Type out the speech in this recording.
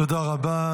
תודה רבה.